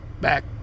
Back